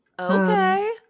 Okay